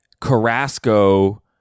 Carrasco